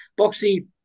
Boxy